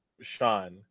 Sean